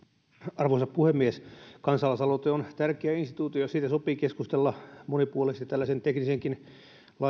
arvoisa puhemies kansalaisaloite on tärkeä instituutio ja siitä sopii keskustella monipuolisesti tällaisen teknisenkin